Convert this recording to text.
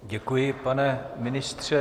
Děkuji, pane ministře.